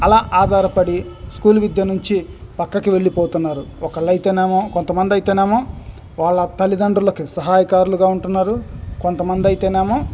అలా ఆధారపడి స్కూల్ విద్య నుంచి ప్రక్కకు వెళ్ళిపోతున్నారు ఒకరు అయితేనేమో కొంతమంది అయితేనేమో వాళ్ళ తల్లిదండ్రులకు సహాయకారులుగా ఉంటున్నారు కొంతమంది అయితేనేమో